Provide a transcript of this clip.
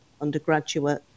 undergraduate